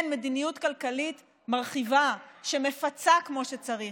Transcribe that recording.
כן מדיניות כלכלית מרחיבה שמפצה כמו שצריך